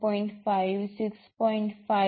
5 6